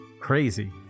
crazy